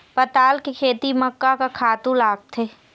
पताल के खेती म का का खातू लागथे?